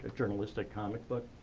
journalistic comic book.